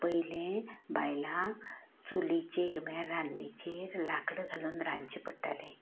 पयलें बायलांक चुलीचेर म्हणल्यार रादंनीचेर लांकडां घालून रांदचें पडटालें